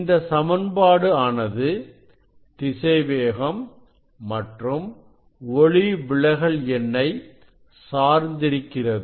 இந்த சமன்பாடு ஆனது திசைவேகம் மற்றும் ஒளிவிலகல் எண்ணை சார்ந்திருக்கிறது